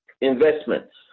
investments